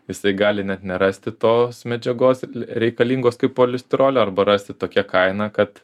jisai gali net nerasti tos medžiagos reikalingos kaip polisterolio arba rasti tokia kaina kad